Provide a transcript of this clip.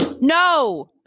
no